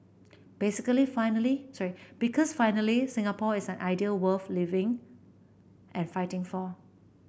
basically finally sorry because finally Singapore is an idea worth living and fighting for